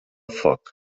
foc